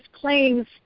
claims